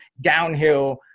downhill